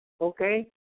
Okay